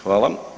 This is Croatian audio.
Hvala.